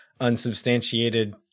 unsubstantiated